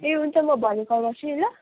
ए हुन्छ म भरै कल गर्छु नि ल